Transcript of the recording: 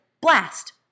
blast